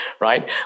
right